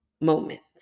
moments